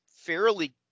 fairly